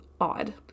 odd